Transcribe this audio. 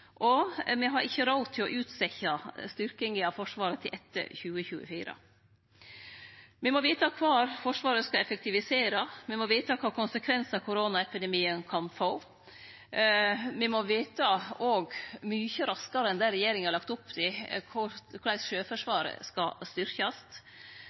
Me har ikkje råd til å utsetje styrkinga av Forsvaret til etter 2024. Me må vete kvar Forsvaret skal effektivisere, me må vete kva konsekvensar koronaepidemien kan få, me må vete – mykje raskare enn regjeringa har lagt opp til – korleis